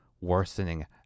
worsening